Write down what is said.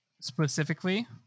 specifically